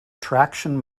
traction